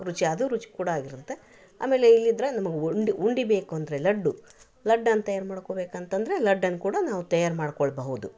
ರುಚಿ ಅದು ರುಚಿ ಕೂಡ ಆಗಿರುತ್ತೆ ಆಮೇಲೆ ಇಲ್ದಿದ್ದರೆ ನಮಗೆ ಉಂಡೆ ಉಂಡೆ ಬೇಕು ಅಂದರೆ ಲಡ್ಡು ಲಡ್ಡನ್ನು ತಯಾರು ಮಾಡ್ಕೊಬೇಕಂತಂದರೆ ಲಡ್ಡನ್ನು ಕೂಡ ನಾವು ತಯಾರು ಮಾಡ್ಕೊಳ್ಬಹುದು